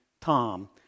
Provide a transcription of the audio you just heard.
Tom